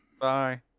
Bye